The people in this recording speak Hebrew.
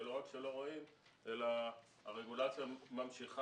ולא רק שלא רואים אלא הרגולציה ממשיכה